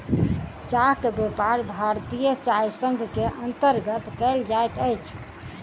चाह के व्यापार भारतीय चाय संग के अंतर्गत कयल जाइत अछि